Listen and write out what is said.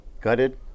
gutted